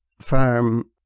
farm